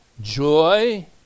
joy